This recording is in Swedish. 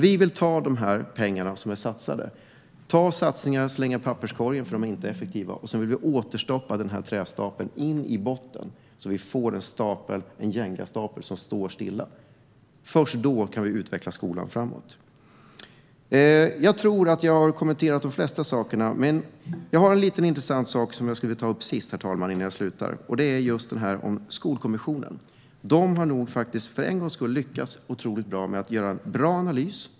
Vi vill ta de satsningar som inte är effektiva och slänga dem i papperskorgen, och sedan vill vi återskapa den här trästapeln in i botten så att vi får en Jengastapel som står stilla. Först då kan vi utveckla skolan framåt. Jag tror att jag har kommenterat det mesta, men jag har en liten intressant sak som jag skulle vilja ta upp innan jag slutar. Det är just det här om Skolkommissionen. De har för en gångs skull lyckats otroligt bra med att göra en bra analys.